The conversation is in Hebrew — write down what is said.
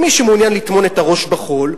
ומי שמעוניין לטמון את הראש בחול,